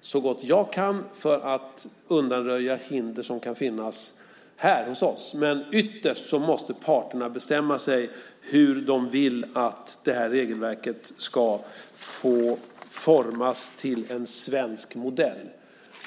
så gott jag kan för att undanröja hinder som kan finnas här hos oss, men ytterst måste parterna bestämma sig för hur de vill att det här regelverket ska få formas till en svensk modell.